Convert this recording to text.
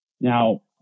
Now